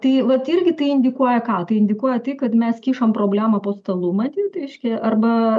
tai vat irgi tai indikuoja ką tai indikuoja tai kad mes kišam problemą po stalu matyt reiškia arba